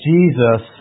Jesus